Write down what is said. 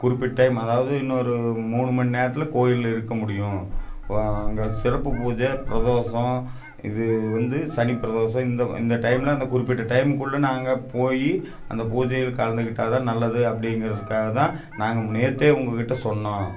குறிப்பிட்ட டைம் அதாவது இன்னோரு மூணு மணிநேரத்தில் கோயிலில் இருக்க முடியும் இப்போ அங்கே சிறப்பு பூஜை பிரதோஷம் இது வந்து சனி பிரதோஷம் இந்த இந்த டைமில் அந்த குறிப்பிட்ட டைமுக்குள்ள நாங்கள் போய் அந்த பூஜையில் கலந்துக்கிட்டால் தான் நல்லது அப்படிங்கிறதுக்காக தான் நாங்கள் நேற்றே உங்கக்கிட்ட சொன்னோம்